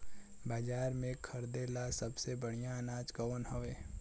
बाजार में खरदे ला सबसे बढ़ियां अनाज कवन हवे?